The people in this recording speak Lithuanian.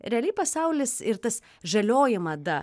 realiai pasaulis ir tas žalioji mada